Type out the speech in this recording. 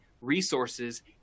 resources